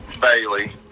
Bailey